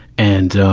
and, um,